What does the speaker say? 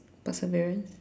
perseverance